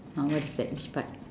ah what is that which part